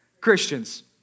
Christians